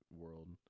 world